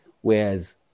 Whereas